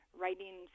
writing